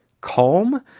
calm